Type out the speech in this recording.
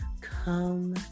come